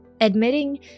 Admitting